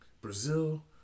Brazil